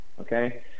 okay